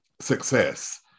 success